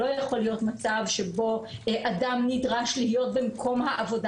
לא יכול להיות מצב שבו אדם נדרש להיות במקום העבודה